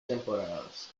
temporadas